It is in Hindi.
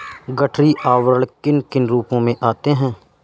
गठरी आवरण किन किन रूपों में आते हैं?